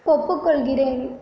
ஒப்புக்கொள்கிறேன்